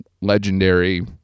legendary